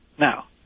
Now